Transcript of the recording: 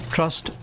Trust